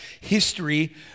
history